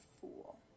fool